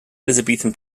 elizabethan